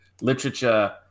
literature